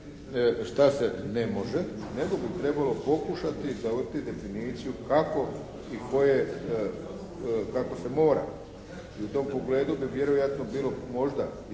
šta se ne može, nego bi trebalo pokušati dogovoriti definiciju kako i koje, kako se mora i u tom pogledu bi vjerojatno bilo možda ispravnije